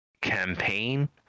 campaign